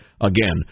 again